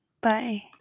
Bye